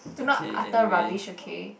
do not utter rubbish okay